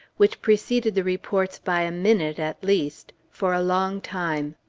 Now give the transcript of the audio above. which preceded the reports by a minute, at least, for a long time.